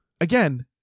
again